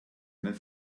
einen